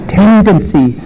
tendency